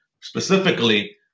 specifically